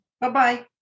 Bye-bye